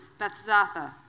Bethzatha